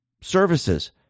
services